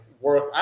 work –